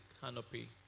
canopy